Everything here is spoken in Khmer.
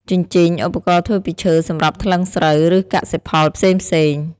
ជញ្ជីង ឧបករណ៍ធ្វើពីឈើសម្រាប់ថ្លឹងស្រូវ ឬកសិផលផ្សេងៗ។